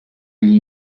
gli